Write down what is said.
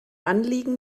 anliegen